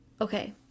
okay